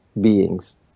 being's